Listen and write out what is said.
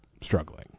struggling